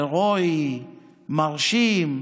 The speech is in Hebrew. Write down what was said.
הירואי, מרשים,